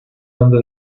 onda